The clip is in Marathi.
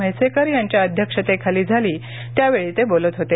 म्हैसेकर यांच्या अध्यक्षतेखाली झाली त्यावेळी ते बोलत होते